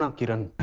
um kiran!